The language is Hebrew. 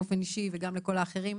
באופן אישי וגם לכל האחרים,